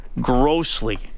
grossly